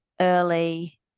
early